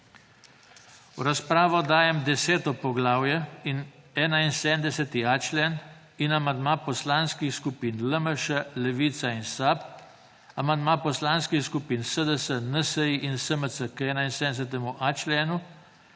V razpravo dajem 10. poglavje in 71.a člen in amandma Poslanskih skupin LMŠ, Levica in SAB, amandma Poslanskih skupin SDS, NSi in SMC k 71.a členu